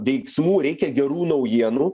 veiksmų reikia gerų naujienų